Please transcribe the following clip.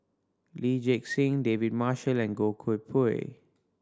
Lee Gek Seng David Marshall and Goh Koh Pui